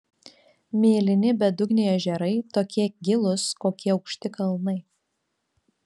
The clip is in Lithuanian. mėlyni bedugniai ežerai tokie gilūs kokie aukšti kalnai